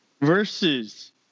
versus